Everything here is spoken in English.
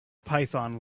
python